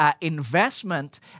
investment